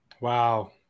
wow